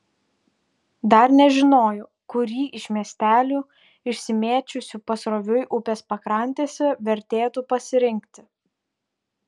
dar nežinojo kurį iš miestelių išsimėčiusių pasroviui upės pakrantėse vertėtų pasirinkti